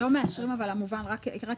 לא מאשרים אבל להבהיר.